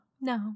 No